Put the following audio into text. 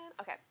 Okay